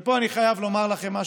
ופה אני חייב לומר לכם משהו,